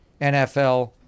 NFL